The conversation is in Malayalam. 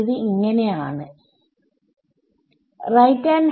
ഇത് ആണ്